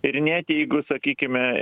ir net jeigu sakykime